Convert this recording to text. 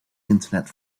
internet